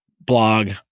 blog